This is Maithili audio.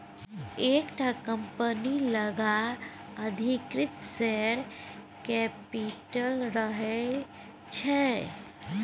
एकटा कंपनी लग अधिकृत शेयर कैपिटल रहय छै